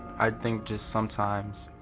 i think just sometimes